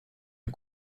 est